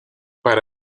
para